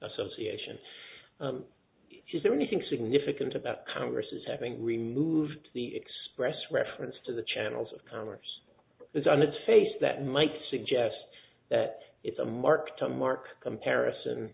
association is there anything significant about congress having removed the express reference to the channels of congress is on its face that might suggest that it's a mark to mark comparison